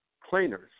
cleaners